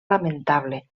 lamentable